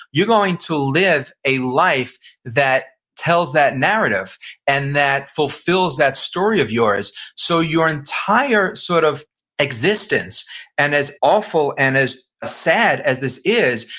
you're going to live a life that tells that narrative and that fulfills that story of yours. so your entire sort of existence and as awful and as ah sad as this is,